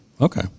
Okay